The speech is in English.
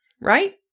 right